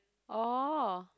oh